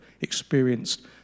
experienced